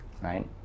Right